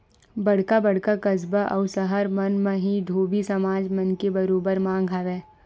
बड़का बड़का कस्बा अउ सहर मन म ही धोबी समाज मन के बरोबर मांग हवय